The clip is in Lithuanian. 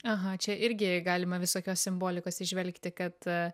aha čia irgi galima visokios simbolikos įžvelgti kad